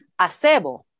Acebo